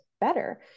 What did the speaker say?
better